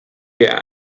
wir